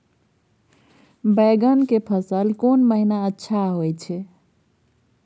बैंगन के फसल कोन महिना अच्छा होय छै?